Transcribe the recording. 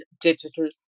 digital